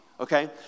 Okay